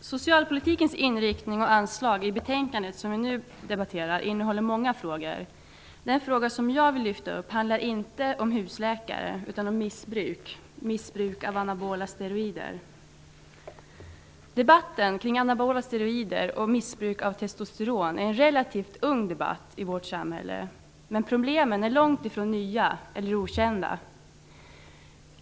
''Socialpolitik -- inriktning och anslag'', som vi nu debatterar, berör många frågor. Den fråga som jag vill lyfta upp handlar inte om husläkare utan om missbruk av anabola steroider. Debatten kring anabola steroider och missbruk av testosteron är relativt ung i vårt samhälle, men problemen är långt ifrån nya eller okända.